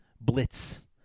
blitz